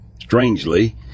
Strangely